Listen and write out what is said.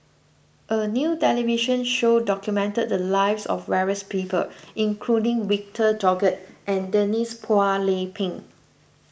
a new television show documented the lives of various people including Victor Doggett and Denise Phua Lay Peng